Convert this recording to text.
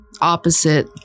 opposite